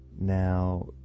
Now